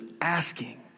asking